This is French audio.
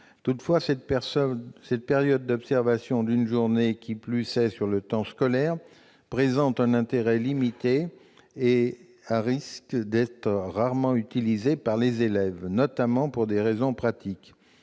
outre, cette période d'observation d'une journée, qui plus est sur le temps scolaire, présente un intérêt limité, ainsi que le risque d'être rarement utilisée par les élèves, notamment pour des raisons pratiques.